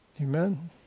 Amen